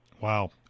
Wow